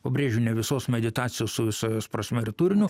pabrėžiu ne visos meditacijos su visa jos prasme ir turiniu